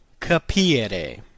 Capire